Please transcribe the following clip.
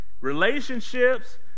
relationships